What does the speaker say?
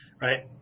right